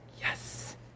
Yes